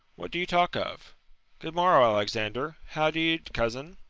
what do you talk of good morrow, alexander how do you, cousin?